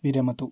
विरमतु